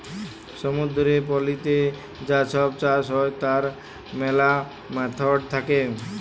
সমুদ্দুরের পলিতে যা ছব চাষ হ্যয় তার ম্যালা ম্যাথড থ্যাকে